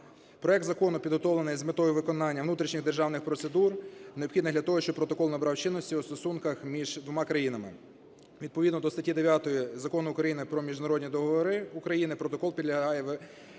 Проект закону підготовлений з метою виконання внутрішніх державних процедур, необхідних для того, щоб протокол набрав чинності у стосунках між двома країнами. Відповідно до статті 9 Закону України "Про міжнародні договори України" протокол підлягає ратифікації